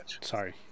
Sorry